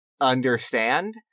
understand